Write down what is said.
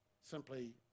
simply